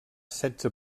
setze